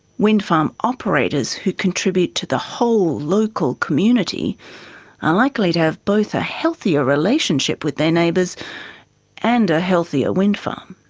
windfarm operators who contribute to the whole local community are likely to have both a healthier relationship with their neighbours and a healthier windfarm.